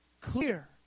clear